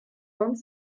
vingt